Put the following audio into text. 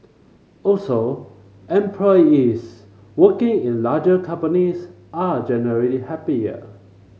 also employees working in larger companies are generally happier